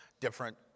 different